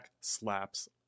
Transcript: slaps